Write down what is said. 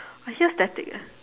I hear static eh